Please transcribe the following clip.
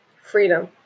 freedom